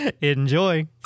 Enjoy